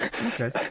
Okay